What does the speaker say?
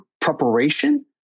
preparation